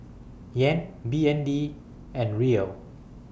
Yen B N D and Riel